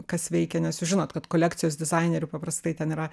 kas veikia nes jūs žinot kad kolekcijos dizainerių paprastai ten yra